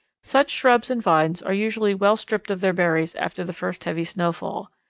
such shrubs and vines are usually well stripped of their berries after the first heavy snowfall.